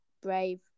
brave